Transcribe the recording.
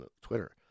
Twitter